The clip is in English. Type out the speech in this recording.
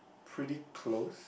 pretty close